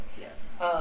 Yes